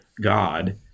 God